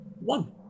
one